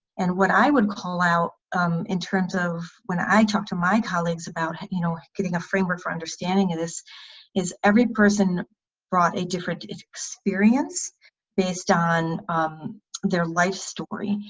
and what i would call out in terms of when i talk to my colleagues about you know getting a framework for understanding of this is every person brought a different experience based on their life story.